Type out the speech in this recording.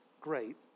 great